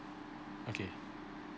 okay